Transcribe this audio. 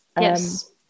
Yes